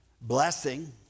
blessing